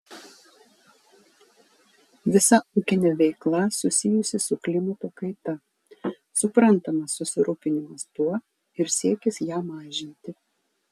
visa ūkinė veikla susijusi su klimato kaita suprantamas susirūpinimas tuo ir siekis ją mažinti